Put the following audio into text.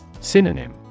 Synonym